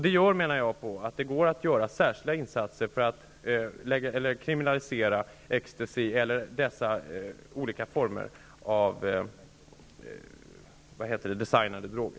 Det går, menar jag, att göra särskilda insatser för att kriminalisera ecstacy eller olika former av designade droger.